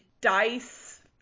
dice